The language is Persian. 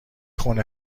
خونه